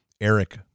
Eric